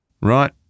Right